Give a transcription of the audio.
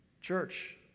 Church